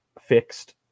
fixed